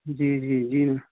जी जी जी मैम